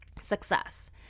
success